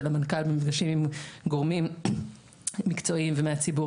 המנכ"ל במפגשים עם גורמים מקצועיים ומהציבור,